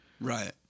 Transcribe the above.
Right